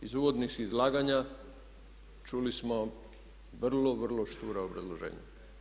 Iz uvodnih izlaganja čuli smo vrlo, vrlo štura obrazloženja.